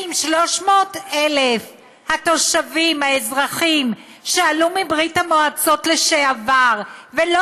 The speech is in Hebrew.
האם 300,000 התושבים האזרחים שעלו מברית המועצות לשעבר ולא